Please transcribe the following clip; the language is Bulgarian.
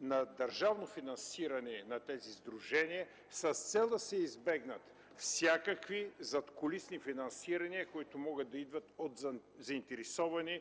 на държавно финансиране на тези сдружения с цел да се избегнат всякакви задкулисни финансирания, които могат да идват от заинтересовани